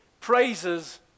praises